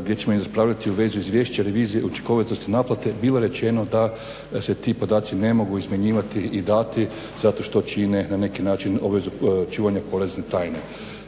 gdje ćemo raspravljati u svezi izvješća revizije i učinkovitosti naplate bilo rečeno da se ti podaci ne mogu izmjenjivati i dati zato što čine na neki način obvezu čuvanja porezne tajne.